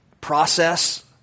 process